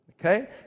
Okay